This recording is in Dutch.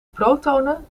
protonen